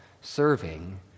serving